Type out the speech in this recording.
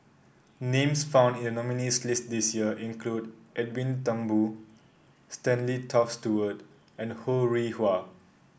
names found in the nominees' list this year include Edwin Thumboo Stanley Toft Stewart and Ho Rih Hwa